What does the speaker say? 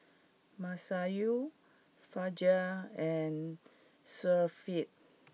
Masayu Fajar and Syafiq